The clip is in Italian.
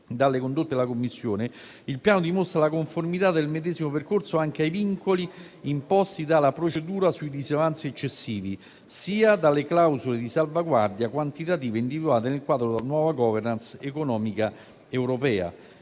dalle condotte della Commissione, il Piano dimostra la conformità del medesimo percorso anche ai vincoli imposti sia dalla procedura sui disavanzi eccessivi, sia dalle clausole di salvaguardia quantitative individuate nel quadro della nuova *governance* economica europea.